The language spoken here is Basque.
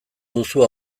duzu